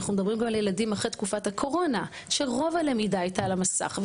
אנחנו מדברים על ילדים אחרי תקופת הקורונה שרוב הלמידה הייתה על המסך,